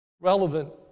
relevant